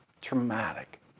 traumatic